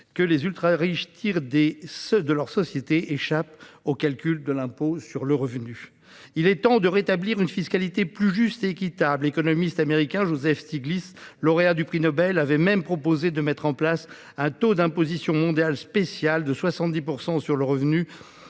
que les ultra-riches tirent de leurs sociétés échappent au calcul de l'impôt sur le revenu. Il est temps de rétablir une fiscalité plus juste et équitable. L'économiste américain Joseph Stiglitz, lauréat du prix Nobel, avait même proposé de mettre en place un taux d'imposition mondial spécial de 70 % sur les revenus